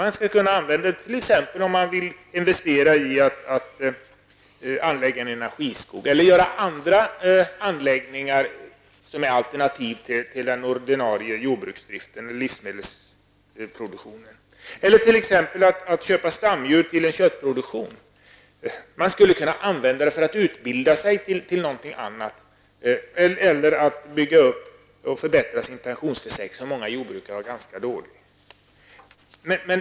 Man skall kunna använda den t.ex. om man vill investera i att anlägga en energiskog eller skapa andra anläggningar som alternativ till den ordinarie jordbruks och livsmedelsproduktionen, eller t.ex. till att köpa stamdjur till köttproduktion. Man skulle kunna använda pengarna till att utbilda sig till något annat eller till att bygga upp och förbättra sitt pensionsförsäkringsskydd, som är bristfälligt för många jordbrukare.